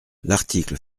l’article